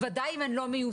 בוודאי אם הן לא מיושמות.